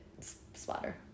splatter